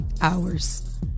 hours